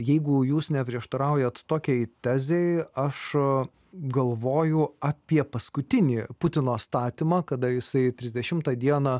jeigu jūs neprieštaraujate tokiai tezei aš galvoju apie paskutinį putino statymą kada jisai trisdešimtą dieną